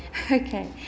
Okay